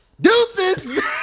deuces